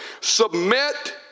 Submit